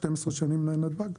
אחרי 12 שנים בנתב"ג?